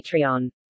Patreon